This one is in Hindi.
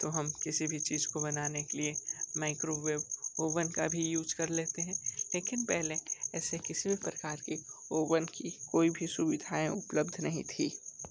अब तो हम किसी भी चीज़ को बनाने के लिए माइक्रोवेव ओवन का भी यूज़ कर लेते हैं लेकिन पहले ऐसे किसी भी प्रकार के ओवन की कोई भी सुविधाऐं उप्लब्ध नहीं थी